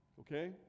okay